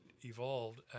evolved